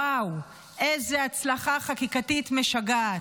וואו, איזו הצלחה חקיקתית משגעת.